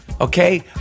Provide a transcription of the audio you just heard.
okay